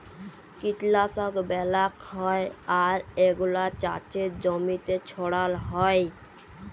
কীটলাশক ব্যলাক হ্যয় আর এগুলা চাসের জমিতে ছড়াল হ্য়য়